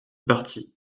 parti